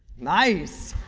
nice!